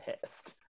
pissed